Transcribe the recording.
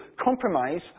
compromise